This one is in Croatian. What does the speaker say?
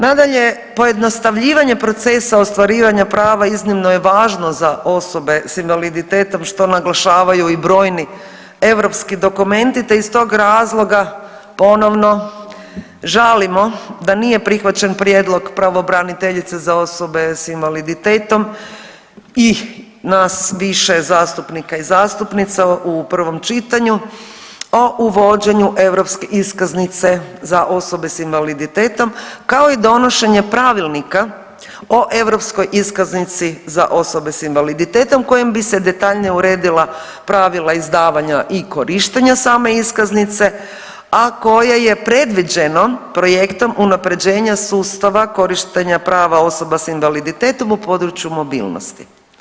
Nadalje, pojednostavljivanje procesa ostvarivanja prava iznimno je važno za osobe sa invaliditetom što naglašavaju i brojni europski dokumenti, te iz tog razloga ponovno žalimo da nije prihvaćen prijedlog pravobraniteljice za osobe sa invaliditetom i nas više zastupnika i zastupnica u prvom čitanju o uvođenju europske iskaznice za osobe sa invaliditetom kao i donošenje pravilnika o europskoj iskaznici za osobe sa invaliditetom kojim bi se detaljnije uredila pravila izdavanja i korištenja same iskaznice a koje je predviđeno projektom unapređenja sustava korištenja prava osoba sa invaliditetom u području mobilnosti.